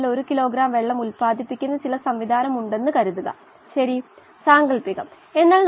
സ്ഥിരാങ്കമാണ് ഇത് സ്ഥിരമായ ഒരു സാഹചര്യമാണ്